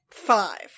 Five